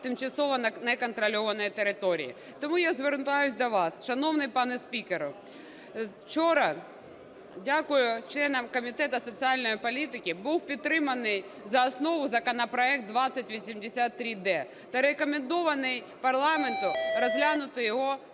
тимчасово неконтрольованій території. Тому я звертаюся до вас, шановний пане спікере. Вчора, дякую членам Комітету соціальної політики, був підтриманий за основу законопроект 2083-д. та рекомендований парламенту розглянути його